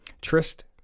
Trist